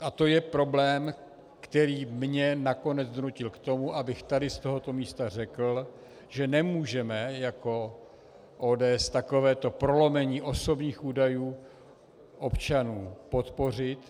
A to je problém, který mě nakonec donutil k tomu, abych tady z tohoto místa řekl, že nemůžeme jako ODS takovéto prolomení osobních údajů občanů podpořit.